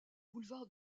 boulevard